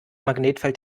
magnetfeld